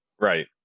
right